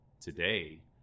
today